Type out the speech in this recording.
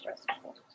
stressful